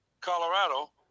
Colorado